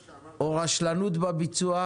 שנים רבות או רשלנות בביצוע,